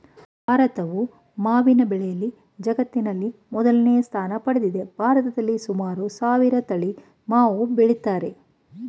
ಭಾರತವು ಮಾವಿನ ಬೆಳೆಯಲ್ಲಿ ಜಗತ್ತಿನಲ್ಲಿ ಮೊದಲ ಸ್ಥಾನ ಪಡೆದಿದೆ ಭಾರತದಲ್ಲಿ ಸುಮಾರು ಸಾವಿರ ತಳಿ ಮಾವು ಬೆಳಿತಾರೆ